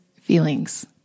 feelings